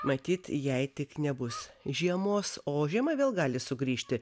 matyt jei tik nebus žiemos o žiema vėl gali sugrįžti